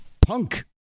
punk